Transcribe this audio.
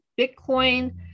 bitcoin